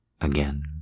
again